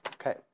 Okay